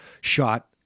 shot